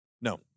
No